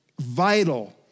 vital